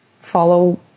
follow